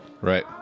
Right